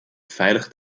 veilig